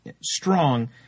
strong